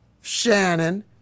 Shannon